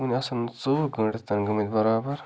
وٕنۍ آسَن نہٕ ژوٚوُہ گٲنٛٹہٕ تنہٕ گٔمٕتۍ بَرابر